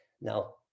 Now